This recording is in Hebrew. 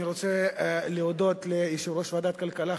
אני רוצה להודות ליושב-ראש ועדת הכלכלה,